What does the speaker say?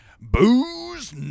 Booze